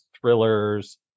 thrillers